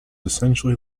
essentially